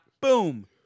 boom